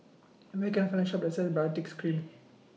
Where Can I Find A Shop that sells Baritex Cream